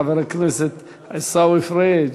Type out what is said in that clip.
חבר הכנסת עיסאווי פריג'?